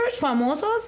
famosos